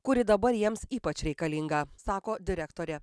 kuri dabar jiems ypač reikalinga sako direktorė